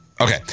Okay